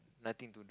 nothing to